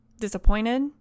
disappointed